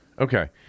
Okay